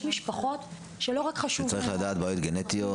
יש משפחות שלא רק חשוב --- צריך לדעת בעיות גנטיות.